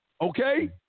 Okay